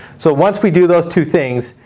so once we do those two things,